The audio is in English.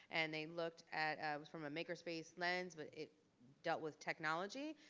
and they looked at from a maker space lens, but it dealt with technology.